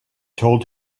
told